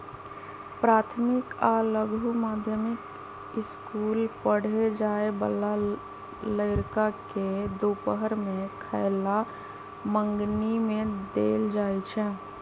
प्राथमिक आ लघु माध्यमिक ईसकुल पढ़े जाय बला लइरका के दूपहर के खयला मंग्नी में देल जाइ छै